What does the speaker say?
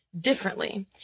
differently